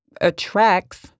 attracts